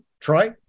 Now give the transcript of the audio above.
Troy